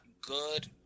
good